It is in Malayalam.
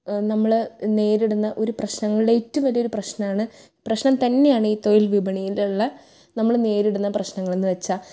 നമ്മള് നേരിടുന്ന ഒരു പ്രശ്നങ്ങളിലേറ്റവും വലിയൊരു പ്രശ്നമാണ് പ്രശ്നം തന്നെയാണീ തൊഴിൽ വിപണിന്റെ ഉള്ള നമ്മള് നേരിടുന്ന പ്രശ്നങ്ങളെന്ന് വെച്ചാൽ